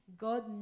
God